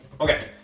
Okay